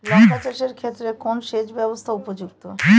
লঙ্কা চাষের ক্ষেত্রে কোন সেচব্যবস্থা উপযুক্ত?